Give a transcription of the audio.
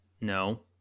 No